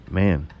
man